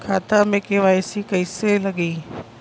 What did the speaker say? खाता में के.वाइ.सी कइसे लगी?